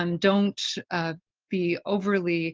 um don't be overly